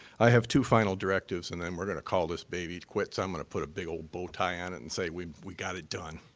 i have two final directives, and then we're gonna call this baby quits. i'm gonna put a big ol' bowtie on it and say we we got it done,